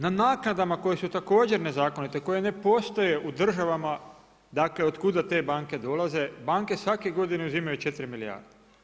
Na naknadama koje su također nezakonite i koje ne postoje u državama, dakle od kuda te banke dolaze banke svake godine uzimaju 4 milijarde.